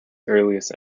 earliest